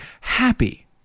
Happy